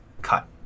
cut